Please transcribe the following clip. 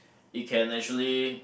it can actually